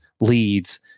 leads